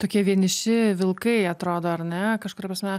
tokie vieniši vilkai atrodo ar ne kažkuria prasme